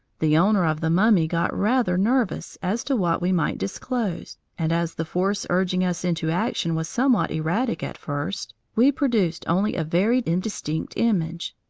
the owner of the mummy got rather nervous as to what we might disclose, and as the force urging us into action was somewhat erratic at first, we produced only a very indistinct image.